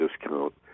discount